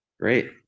Great